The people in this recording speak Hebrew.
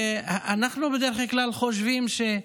אנחנו בדרך כלל חושבים: